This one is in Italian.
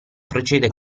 procede